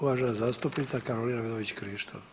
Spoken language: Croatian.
uvažena zastupnica Karolina Vidović Krišto.